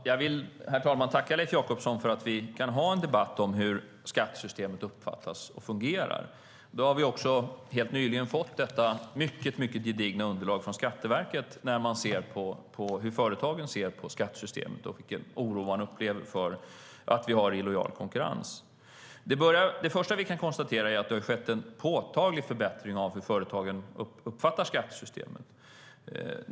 Herr talman! Jag vill tacka Leif Jakobsson för att vi kan ha en debatt om hur skattesystemet uppfattas och fungerar. Vi har helt nyligen fått detta mycket gedigna underlag från Skatteverket där man tittar på hur företagen ser på skattesystemet och vilken oro de upplever för illojal konkurrens. Det första vi kan konstatera är att det har skett en påtaglig förbättring av hur företagen uppfattar skattesystemet.